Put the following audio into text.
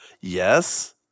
Yes